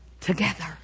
together